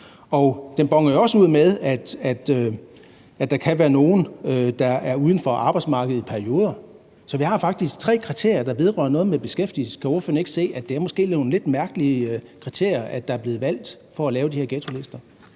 Og det boner jo også ud, i forhold til at der kan være nogle, der er uden for arbejdsmarkedet i perioder. Så vi har faktisk tre kriterier, der vedrører beskæftigelse. Kan ordføreren ikke se, at det måske er nogle lidt mærkelige kriterier, der er blevet valgt for at lave de her ghettolister?